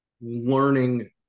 learning